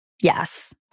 Yes